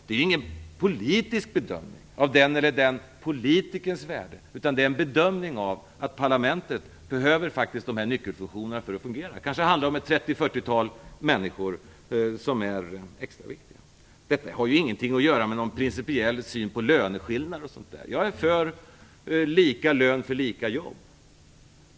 Det är ingen politisk bedömning av den ena eller den andra politikerns värde, utan det är en bedömning av parlamentets faktiska behov av dessa nyckelfunktioner för att fungera. Det kanske handlar om ett 30-40-tal människor som är extra viktiga. Detta har ju ingenting att göra med någon principiell syn på löneskillnader. Jag är för lika lön för lika arbete.